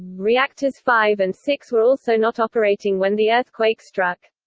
reactors five and six were also not operating when the earthquake struck.